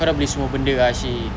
kau dah beli semua benda ah shiq